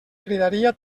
cridaria